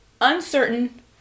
uncertain